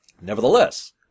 Nevertheless